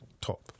top